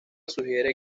sugiere